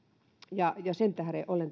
ja sen tähden olen